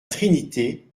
trinité